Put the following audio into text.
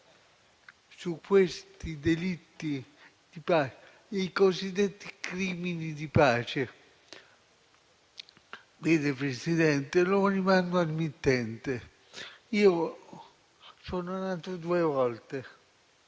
su questi delitti, i cosiddetti crimini di pace. Presidente, lo rimando al mittente. Io sono nato due volte: